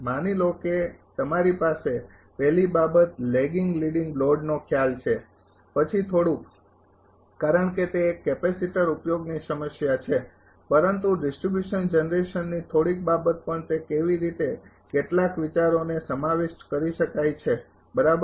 માની લો કે તમારી પાસે પહેલી બાબત લેગિંગ લીડિંગ લોડનો ખ્યાલ છે પછી થોડીક કારણ કે તે એક કેપેસિટર ઉપયોગની સમસ્યા છે પરંતુ ડિસ્ટ્રિબ્યુશન જનરેશનની થોડીક બાબત પણ તે કેવી રીતે કેટલાક વિચારોને સમાવિષ્ટ કરી શકાય છે બરાબર